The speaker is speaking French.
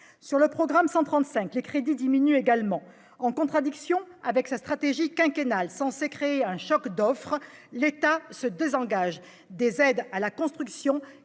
Sur le programme 135, les crédits diminuent également. En contradiction avec sa stratégie quinquennale censée créer un choc d'offres, l'État se désengage des aides à la construction,